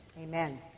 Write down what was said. Amen